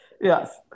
yes